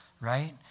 right